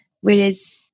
Whereas